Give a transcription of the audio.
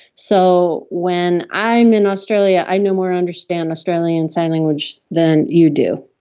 so when i am in australia i no more understand australian sign language than you do.